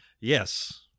Yes